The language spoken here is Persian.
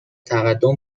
تقدم